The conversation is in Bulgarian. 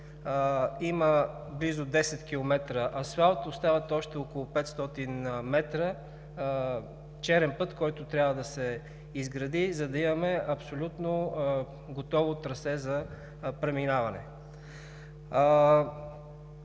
има близо 10 км асфалт, остават още около 500 м черен път, който трябва да се изгради, за да имаме абсолютно готово трасе за преминаване.